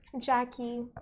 Jackie